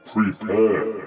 Prepare